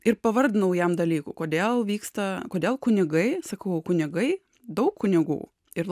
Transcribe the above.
ir pavardinau jam dalykui kodėl vyksta kodėl kunigai sakau kunigai daug kunigų ir